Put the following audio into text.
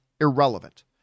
irrelevant